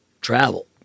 travel